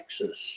Texas